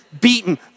beaten